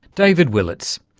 david willetts.